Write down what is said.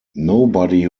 nobody